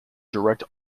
direct